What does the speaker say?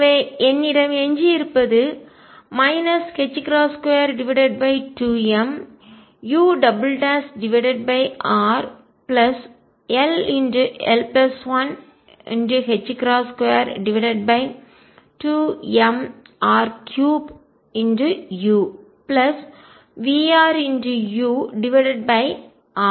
எனவே என்னிடம் எஞ்சியிருப்பது 22m urll122mr3uVrurEurஆகும்